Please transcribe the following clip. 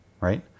right